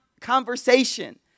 conversation